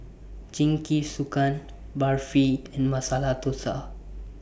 Jingisukan Barfi and Masala Dosa